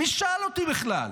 מי שאל אותי בכלל.